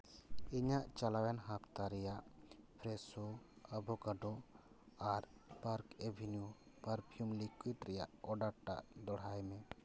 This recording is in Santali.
ᱤᱧᱟᱹᱜ ᱪᱟᱞᱟᱣᱮᱱ ᱦᱟᱯᱛᱟ ᱨᱮᱭᱟᱜ ᱯᱷᱨᱮᱥᱳ ᱟᱵᱷᱳᱠᱟᱰᱳ ᱟᱨ ᱯᱟᱨᱠ ᱮᱵᱷᱮᱱᱤᱭᱩ ᱯᱟᱨᱯᱷᱤᱭᱩᱢ ᱞᱤᱠᱩᱭᱤᱰ ᱨᱮᱭᱟᱜ ᱚᱨᱰᱟᱨ ᱫᱚᱲᱦᱟᱭ ᱢᱮ